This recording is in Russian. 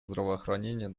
здравоохранения